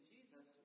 Jesus